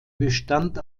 bestand